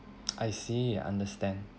I see I understand